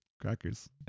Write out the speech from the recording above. Crackers